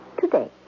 today